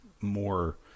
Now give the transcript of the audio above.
more –